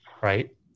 right